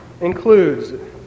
includes